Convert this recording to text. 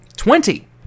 Twenty